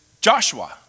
Joshua